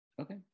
Okay